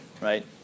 right